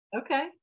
okay